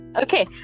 okay